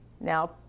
now